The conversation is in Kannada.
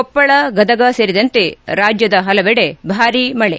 ಕೊಪ್ಪಳ ಗದಗ ಸೇರಿದಂತೆ ರಾಜ್ಗದ ಹಲವೆಡೆ ಭಾರೀ ಮಳೆ